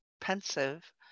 pensive